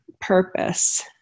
purpose